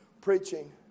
Preaching